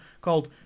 called